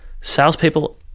salespeople